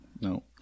No